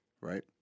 Right